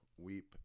weep